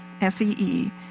S-E-E